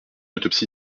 autopsie